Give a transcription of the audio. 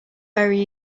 very